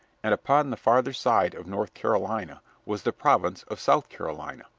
and upon the farther side of north carolina was the province of south carolina,